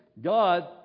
God